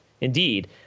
indeed